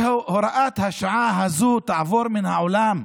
שהוראת השעה הזו תעבור מן העולם,